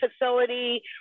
facility